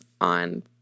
on